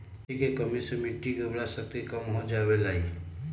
कथी के कमी से मिट्टी के उर्वरक शक्ति कम हो जावेलाई?